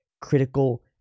critical